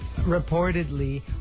reportedly